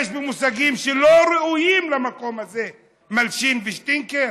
במושגים שלא ראויים למקום הזה: מלשין ושטינקר.